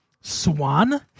Swan